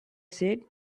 said